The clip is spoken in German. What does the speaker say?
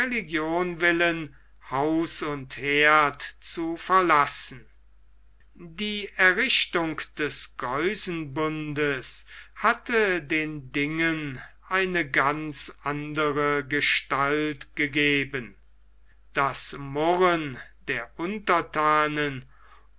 religion willen haus und herd zu verlassen die errichtung des geusenbundes hatte den dingen eine ganz andere gestalt gegeben das murren der unterthanen